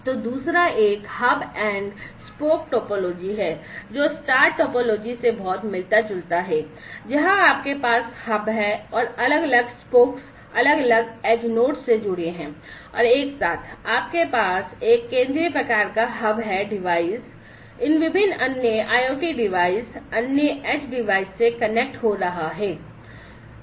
तो दूसरा एक हब एंड स्पोक टोपोलॉजी है जो स्टार टोपोलॉजी से बहुत मिलता जुलता है जहां आपके पास हब है और अलग अलग स्पोक्स अलग अलग एज नोड्स से जुड़े हैं और एक साथ आपके पास एक केंद्रीय प्रकार का हब है डिवाइस इन विभिन्न अन्य IoT डिवाइस अन्य एज डिवाइस से कनेक्ट हो रहा है